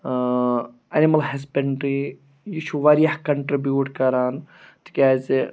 animal husbandry یہِ چھُ واریاہ کَنٹِرٛبیوٗٹ کَران تِکیٛازِ